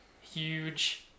Huge